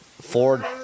Ford